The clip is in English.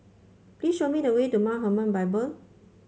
please show me the way to Mount Hermon Bible